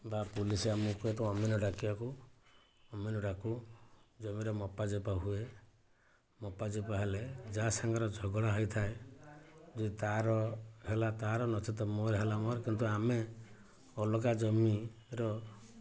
ବା ପୁଲିସ ଆମକୁ କୁହେ ଅମିନ ଡାକିବାକୁ ଅମିନ ଡାକୁ ଜମିର ମପାଚୁପା ହୁଏ ମପଚୁପା ହେଲେ ଯାହାସାଙ୍ଗରେ ଝଗଡ଼ା ହେଇଥାଏ ଯେ ତାର ହେଲା ତାର ନଚେତ ମୋର ହେଲା ମୋର କିନ୍ତୁ ଆମେ ଅଲଗା ଜମିର